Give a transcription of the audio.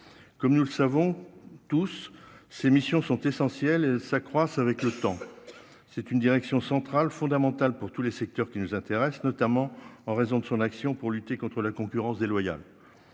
comme nous le savons tous ces missions sont essentiels s'accroissent avec le temps, c'est une direction centrale fondamental pour tous les secteurs qui nous intéresse, notamment en raison de son action pour lutter contre la concurrence déloyale,